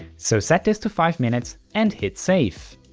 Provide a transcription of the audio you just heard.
so set this to five minutes and hit safe.